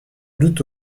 doute